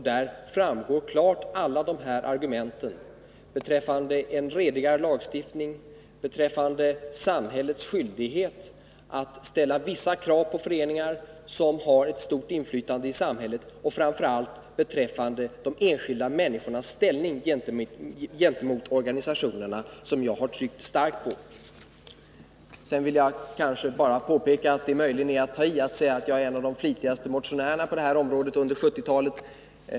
Där framgår klart alla dessa argument beträffande en redigare lagstiftning, beträffande samhällets skyldighet att ställa vissa krav på föreningar som har ett stort inflytande i samhället, och framför allt beträffande de enskilda människornas ställning gentemot organisationerna — vilket jag har tryckt starkt på. Sedan vill jag bara påpeka att det möjligen är att ta i att säga att jag är en av de flitigaste motionärerna på det här området under 1970-talet.